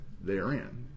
therein